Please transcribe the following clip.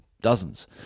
Dozens